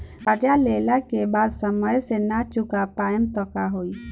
कर्जा लेला के बाद समय से ना चुका पाएम त का होई?